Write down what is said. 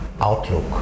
outlook